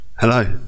Hello